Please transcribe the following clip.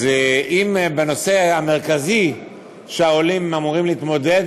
אז אם בנושא המרכזי שהעולים אמורים להתמודד